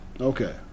okay